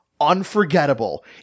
unforgettable